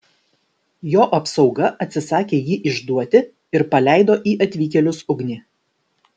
jo apsauga atsisakė jį išduoti ir paleido į atvykėlius ugnį